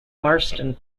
marston